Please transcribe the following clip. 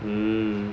mm